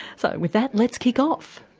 so with that, let's kick off.